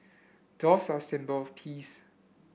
doves are a symbol of peace